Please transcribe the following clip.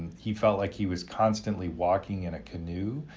he felt like he was constantly walking in a canoe.